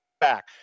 back